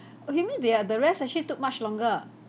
oh you mean they are the rest actually took much longer ah